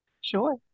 Sure